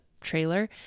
trailer